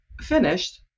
finished